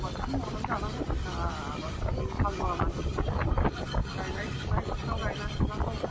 आबादखौनो मावनानै जांगौ जोंहा आबादारि हालुवा मानसि गायनाय फुनाय बोथोराव गायना फुनांगौ